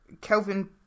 Kelvin